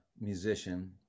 musician